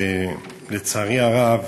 לצערי הרב,